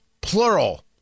plural